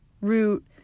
root